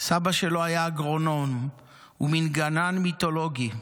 סבא שלו היה אגרונום ומין גנן מיתולוגי,